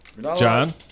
John